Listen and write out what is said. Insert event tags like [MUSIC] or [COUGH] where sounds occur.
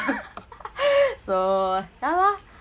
[LAUGHS] so ya lah